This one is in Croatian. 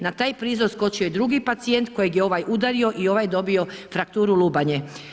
Na taj prizor skočio je drugi pacijent kojeg je ovaj udario i ovaj dobio frakturu lubanje.